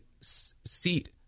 seat